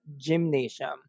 gymnasium